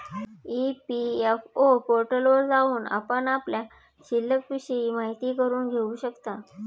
EPFO पोर्टलवर जाऊन आपण आपल्या शिल्लिकविषयी माहिती करून घेऊ शकता